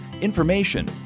information